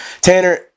Tanner